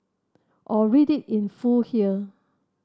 or read it in full here